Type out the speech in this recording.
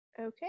Okay